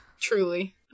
Truly